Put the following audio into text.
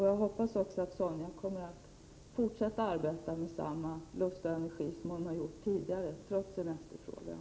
Jag hoppas också att Sonja Rembo kommer att fortsätta att arbeta med samma lust och energi som tidigare, trots semesterfrågan.